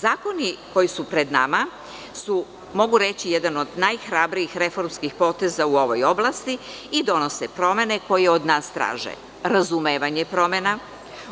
Zakoni koji su pred nama su, mogu reći, jedan od najhrabrijih reformskih poteza u ovoj oblasti i donose promene koje od nas traže razumevanje promena,